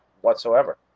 whatsoever